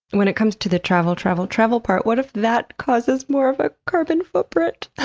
when it comes to the travel, travel, travel part, what if that causes more of a carbon footprint?